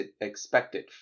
expected